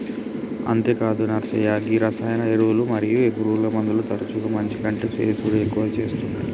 అంతేగాదు నర్సయ్య గీ రసాయన ఎరువులు మరియు పురుగుమందులు తరచుగా మంచి కంటే సేసుడి ఎక్కువ సేత్తునాయి